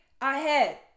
ahead